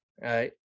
right